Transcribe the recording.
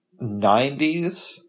90s